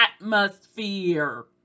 atmosphere